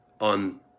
on